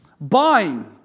buying